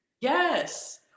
Yes